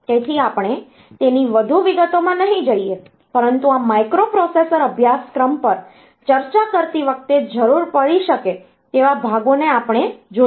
તેથી આપણે તેની વધુ વિગતોમાં નહીં જઈએ પરંતુ આ માઇક્રોપ્રોસેસર અભ્યાસક્રમ પર ચર્ચા કરતી વખતે જરૂર પડી શકે તેવા ભાગોને આપણે જોઈશું